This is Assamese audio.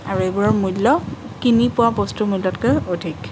আৰু এইবোৰৰ মূল্য কিনি পোৱা বস্তুৰ মূল্যতকৈ অধিক